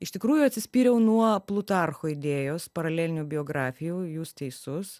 iš tikrųjų atsispyriau nuo plutarcho idėjos paralelinių biografijų jūs teisus